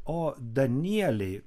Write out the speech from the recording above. o danieliai